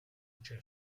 luce